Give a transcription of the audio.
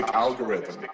algorithm